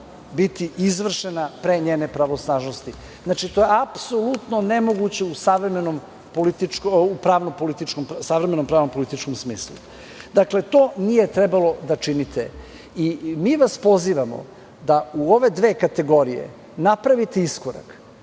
biti izvršena pre njene pravosnažnosti. Znači, to je apsolutno nemoguće u savremenom pravno političkom smislu. Dakle, to nije trebalo da činite. Mi vas pozivamo da u ove dve kategorije napravite iskorak,